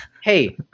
Hey